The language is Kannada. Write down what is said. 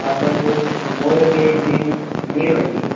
ಮತ್ತೊಂದು ಮೂರು ಕೆಜಿ ನೀರುಳ್ಳಿ